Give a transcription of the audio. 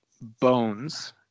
bones